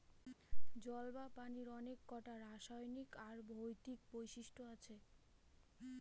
জল বা পানির অনেককটা রাসায়নিক আর ভৌতিক বৈশিষ্ট্য আছে